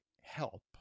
help